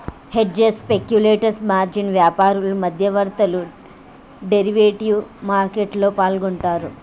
hedgers, speculators, margin వ్యాపారులు, మధ్యవర్తులు derivative మార్కెట్లో పాల్గొంటరు